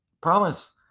promise